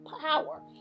power